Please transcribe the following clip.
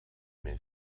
mijn